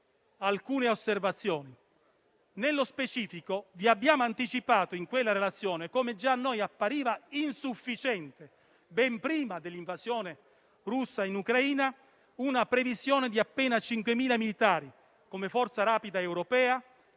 europea. Nello specifico, vi abbiamo anticipato come già a noi appariva insufficiente, ben prima dell'invasione russa in Ucraina, una previsione di appena 5.000 militari come forza rapida europea,